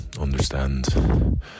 understand